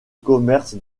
commerce